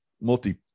multi